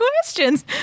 questions